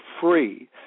free